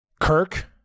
Kirk